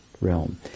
realm